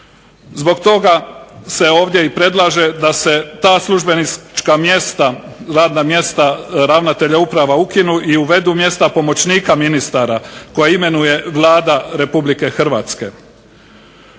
Zbog toga se ovdje predlaže da se ta službenička mjesta, radna mjesta ravnatelja uprava ukinu i uvedu mjesta pomoćnika ministara koje imenuje Vlada Republike Hrvatske.